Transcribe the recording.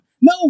No